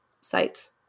sites